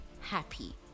happy